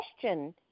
question